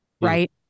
right